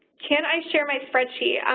can i share my spreadsheet?